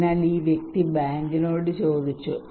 അതിനാൽ ഈ വ്യക്തി ബാങ്കിനോട് ചോദിച്ചു